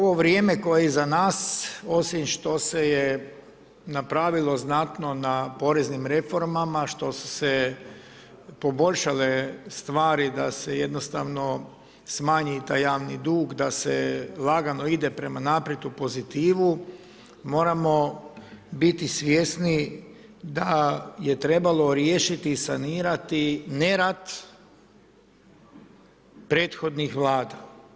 Naime, ovo vrijeme koje je iza nas, osim što se je napravilo znatno na poreznim reformama, što su se poboljšale stvari da se jednostavno smanji taj javni dug, da se lagano ide prema naprijed u pozitivu, moramo biti svjesni da je trebalo riješiti i sanirati nerad prethodnih Vlada.